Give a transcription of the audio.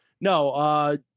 no